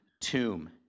tomb